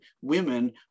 women